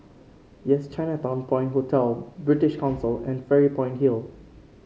Yes Chinatown Point Hotel British Council and Fairy Point Hill